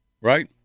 Right